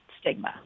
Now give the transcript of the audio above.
stigma